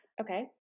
Okay